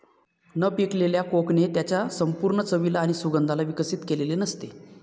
न पिकलेल्या कोकणे त्याच्या संपूर्ण चवीला आणि सुगंधाला विकसित केलेले नसते